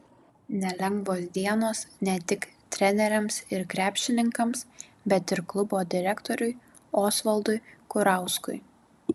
nelengvos dienos ne tik treneriams ir krepšininkams bet ir klubo direktoriui osvaldui kurauskui